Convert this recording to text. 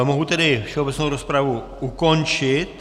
Mohu tedy všeobecnou rozpravu ukončit.